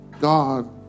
God